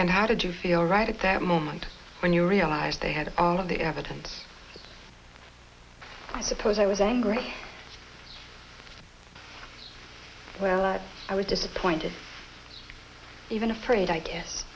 and how did you feel right at that moment when you realized they had all of the evidence i suppose i was angry well i was disappointed even afraid i